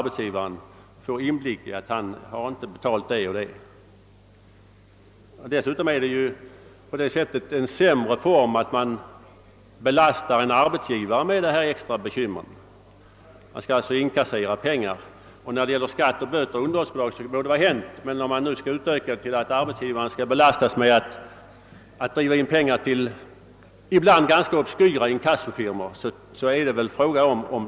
Dessutom är det en sämre form av exekution därigenom att man belastar arbetsgivaren med dessa extra bekymmer. Han skall ju innehålla pengarna, och när det gäller skatter, böter och underhållsbidrag må det vara hänt. Men det är tveksamt om det kan vara riktigt att utvidga detta till en skyldighet för arbetsgivaren att driva in pengar till ibland ganska obskyra inkassofirmor.